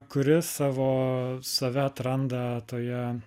kuris savo save atranda toje